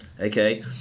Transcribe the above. okay